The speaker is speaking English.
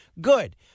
Good